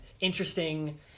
interesting